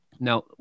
Now